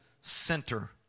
center